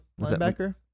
linebacker